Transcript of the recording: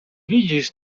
widzisz